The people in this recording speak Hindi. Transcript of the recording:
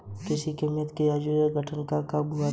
कृषि कीमत आयोग का गठन कब हुआ था?